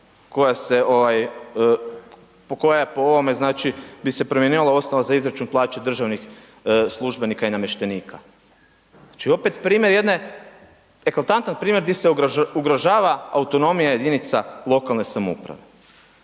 koja je po ovome znači bi se primjenjivala osnova za izračun plaće državnih službenika i namještenika. Znači opet primjer jedne, eklatantan primjer di se ugrožava autonomija jedinica lokalne samouprave